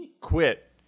quit